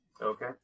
Okay